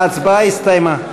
ההצבעה הסתיימה.